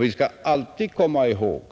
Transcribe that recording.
Vi skall alltid komma ihåg,